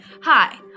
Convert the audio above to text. Hi